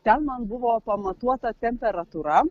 ten man buvo pamatuota temperatūra